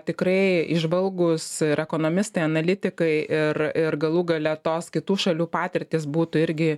tikrai įžvalgūs ir ekonomistai analitikai ir ir galų gale tos kitų šalių patirtys būtų irgi